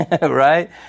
right